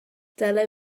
dylai